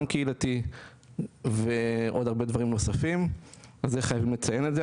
גם קהילתי ועוד הרבה דברים נוספים וחייבים לציין את זה.